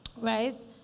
right